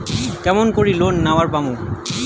কেমন করি লোন নেওয়ার পামু?